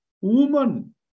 Woman